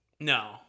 No